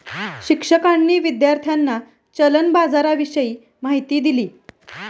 शिक्षकांनी विद्यार्थ्यांना चलन बाजाराविषयी माहिती दिली